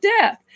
death